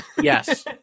Yes